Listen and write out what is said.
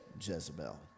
Jezebel